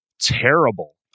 terrible